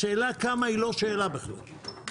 השאלה כמה היא לא שאלה בכלל.